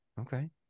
Okay